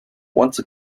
once